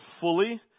fully